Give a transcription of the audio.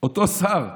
אותו שר שעכשיו,